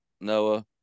Noah